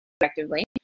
effectively